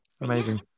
amazing